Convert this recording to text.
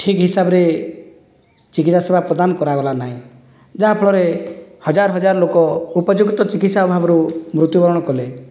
ଠିକ୍ ହିସାବରେ ଚିକିତ୍ସା ସେବା ପ୍ରଦାନ କରାଗଲା ନାହିଁ ଯାହା ଫଳରେ ହଜାର ହଜାର ଲୋକ ଉପଯୁକ୍ତ ଚିକିତ୍ସା ଅଭାବରୁ ମୃତ୍ୟୁବରଣ କଲେ